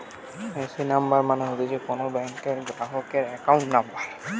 AC number মানে হতিছে কোন ব্যাংকের গ্রাহকের একাউন্ট নম্বর